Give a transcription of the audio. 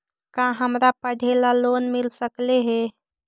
का हमरा पढ़े ल लोन मिल सकले हे?